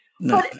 No